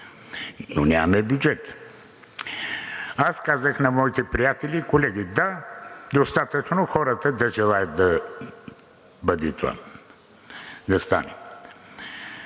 но нямаме бюджет. Аз казах на моите приятели и колеги: „Да, достатъчно хората да желаят да бъде това, да стане.“